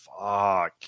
fuck